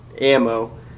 ammo